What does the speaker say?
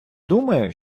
думаю